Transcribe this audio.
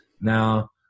Now